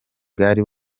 bwari